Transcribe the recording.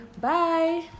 bye